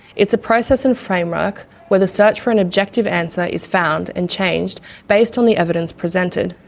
it's a process and framework where the search for an objective answer is found and changed based on the evidence presented.